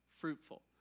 fruitful